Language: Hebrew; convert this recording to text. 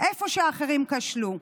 איפה שהאחרים כשלו.